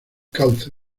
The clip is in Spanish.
cauce